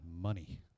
money